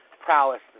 prowess